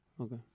Okay